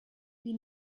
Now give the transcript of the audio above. wir